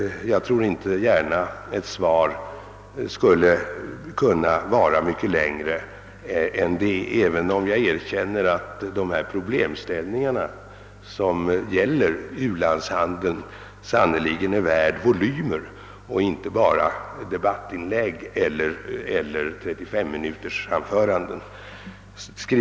Jag tror inte att ett svar skulle kunna vara mycket längre än så, även om jag erkänner att dessa problemställningar, som gäller u-landshandeln, sannerligen är värda volymer och inte bara debattinlägg eller 35-minutersanföranden.